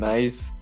Nice